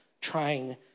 trying